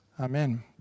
Amen